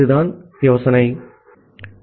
ஆகவே இதுதான் யோசனை ஆகும்